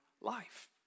life